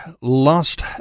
lost